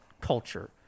culture